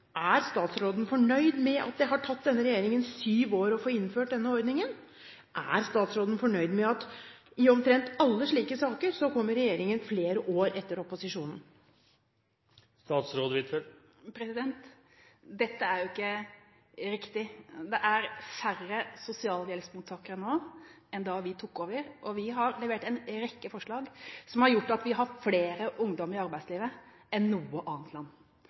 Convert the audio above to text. Er statsråden fornøyd med at det har tatt denne regjeringen syv år å få innført denne ordningen? Er statsråden fornøyd med at i omtrent alle slike saker kommer regjeringen flere år etter opposisjonen? Dette er jo ikke riktig. Det er færre sosialhjelpsmottakere nå enn da vi tok over, og vi har levert en rekke forslag som har gjort at vi har flere ungdommer i arbeidslivet enn noe annet land.